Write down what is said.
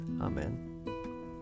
Amen